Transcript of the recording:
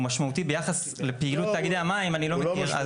משמעותי ביחס לפעילות תאגידי המים אני לא מכיר.